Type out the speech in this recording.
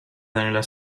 nella